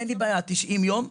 אין לי בעיה, 90 יום,